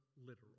literal